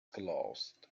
closed